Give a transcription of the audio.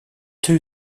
two